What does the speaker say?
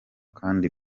kandi